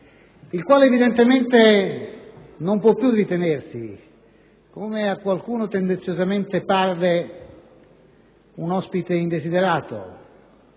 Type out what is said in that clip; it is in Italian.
il quale non può più ritenersi, come a qualcuno tendenziosamente parve, un ospite indesiderato,